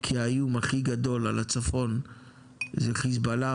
כי האיום הכי גדול על הצפון זה חיזבאללה,